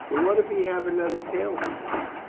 but what if he have another tale to tell?